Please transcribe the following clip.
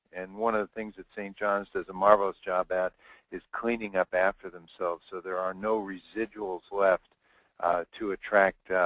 and one of the things that st. john's does a marvelous job at is cleaning up after themselves. so there are no residuals left to attract